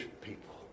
people